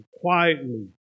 quietly